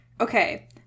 Okay